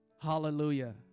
Hallelujah